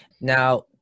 now